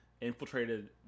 infiltrated